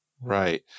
Right